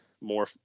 more